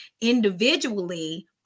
individually